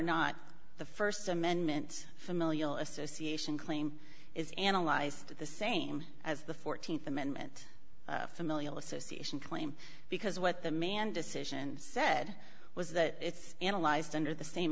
not the st amendment familial association claim is analyzed the same as the th amendment familial association claim because what the man decision said was that it's analyzed under the same